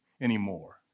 anymore